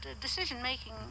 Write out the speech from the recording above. decision-making